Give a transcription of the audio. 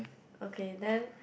okay then